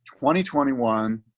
2021